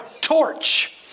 torch